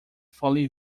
fully